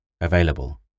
available